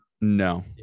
No